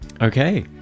okay